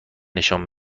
نشان